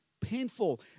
painful